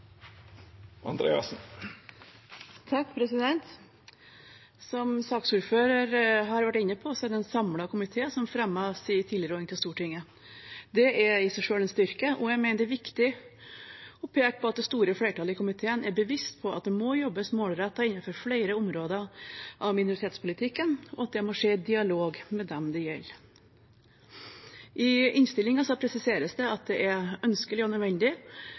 Som saksordføreren har vært inne på, er det en samlet komité som fremmer sin tilråding til Stortinget. Det er i seg selv en styrke, og jeg mener det er viktig å peke på at det store flertallet i komiteen er bevisst på at det må jobbes målrettet innenfor flere områder av minoritetspolitikken, og at det må skje i dialog med dem det gjelder. I innstillingen presiseres det at det er ønskelig og nødvendig